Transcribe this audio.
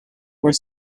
were